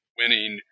winning